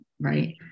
Right